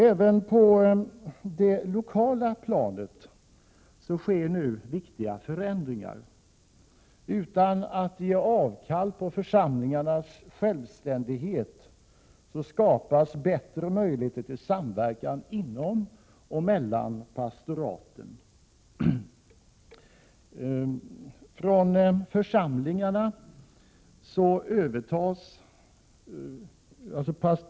Även på det lokala planet sker nu viktiga förändringar. Utan att man ger avkall på församlingarnas självständighet skapas bättre möjligheter till samverkan inom och mellan pastoraten.